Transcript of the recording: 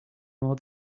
more